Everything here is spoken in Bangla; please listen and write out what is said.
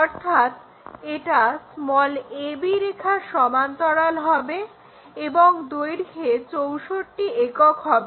অর্থাৎ এটা ab রেখার সমান্তরাল হবে এবং দৈর্ঘ্যে 64 একক হবে